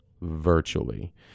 virtually